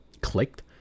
clicked